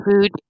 food